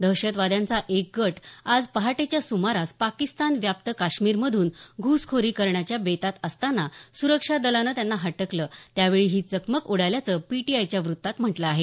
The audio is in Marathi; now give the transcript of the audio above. दहशतवाद्यांचा एक गट आज पहाटेच्या सुमारास पाकिस्तान व्याप्त काश्मीरमधून घुसखोरी करण्याच्या बेतात असताना सुरक्षा दलानं त्यांना हटकलं त्यावेळी ही चकमक उडाल्याचं पीटीआयच्या वृत्तात म्हटलं आहे